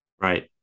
right